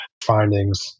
findings